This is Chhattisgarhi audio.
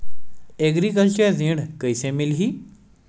एग्रीकल्चर ऋण कइसे मिलही?